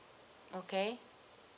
okay